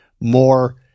more